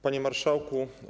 Panie Marszałku!